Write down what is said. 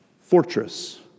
fortress